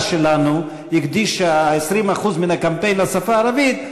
שלנו הקדישה 20% מהקמפיין לשפה הערבית,